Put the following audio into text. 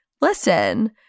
listen